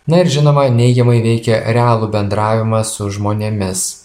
na ir žinoma neigiamai veikia realų bendravimą su žmonėmis